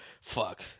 Fuck